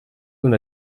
und